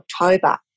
October